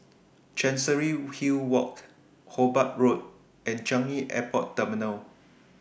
Chancery Hill Walk Hobart Road and Changi Airport Terminal